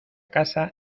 casa